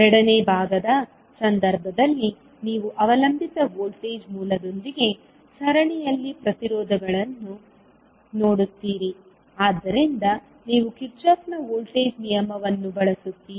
ಎರಡನೇ ಭಾಗದ ಸಂದರ್ಭದಲ್ಲಿ ನೀವು ಅವಲಂಬಿತ ವೋಲ್ಟೇಜ್ ಮೂಲದೊಂದಿಗೆ ಸರಣಿಯಲ್ಲಿ ಪ್ರತಿರೋಧಗಳನ್ನು ನೋಡುತ್ತೀರಿ ಆದ್ದರಿಂದ ನೀವು ಕಿರ್ಚಾಫ್ನ ವೋಲ್ಟೇಜ್ ನಿಯಮವನ್ನು ಬಳಸುತ್ತೀರಿ